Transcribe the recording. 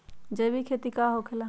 जैविक खेती का होखे ला?